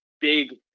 big